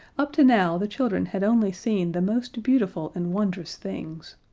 up to now the children had only seen the most beautiful and wondrous things,